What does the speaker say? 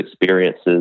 experiences